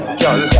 girl